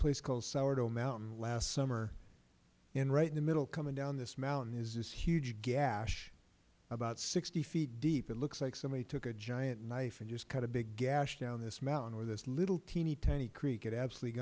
place called sourdough mountain last summer and right in the middle of coming down this mountain is this huge gash about sixty feet deep it looks like somebody took a giant knife and just cut a big gash down this mountain where this little teeny tiny creek had absolutely